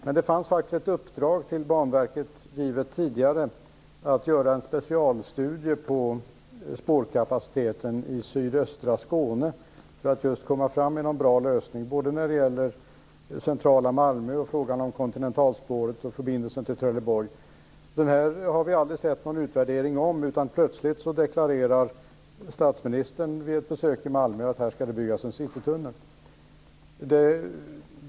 Men det fanns faktiskt ett uppdrag till Banverket, som givits tidigare, att göra en specialstudie om spårkapaciteten i sydvästra Skåne för att komma fram med en bra lösning när det gäller centrala Malmö, frågan om kontinentalspåret och förbindelsen till Trelleborg. Det har vi aldrig sett någon utvärdering om. Plötsligt deklarerar statsministern vid ett besök i Malmö att här skall det byggas en citytunnel.